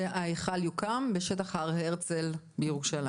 וההיכל יוקם בשטח הר הרצל בירושלים.